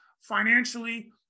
financially